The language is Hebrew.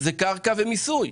זה קרקע במיסוי.